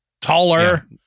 taller